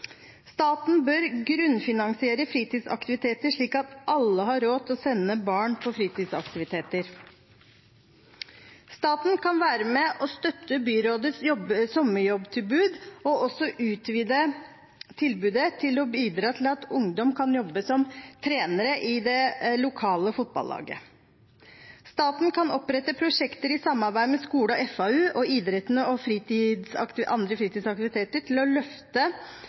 Staten bør grunnfinansiere fritidsaktiviteter, slik at alle har råd til å sende barn på fritidsaktiviteter. Staten kan være med og støtte byrådets sommerjobbtilbud og også utvide tilbudet for å bidra til at ungdom kan jobbe som trenere i det lokale fotballaget. Staten kan opprette prosjekter i samarbeid med skole og FAU og idretten og andre fritidsaktiviteter